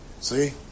See